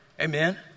Amen